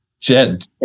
Jed